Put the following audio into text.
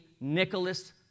Nicholas